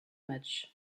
match